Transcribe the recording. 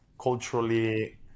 culturally